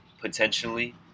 potentially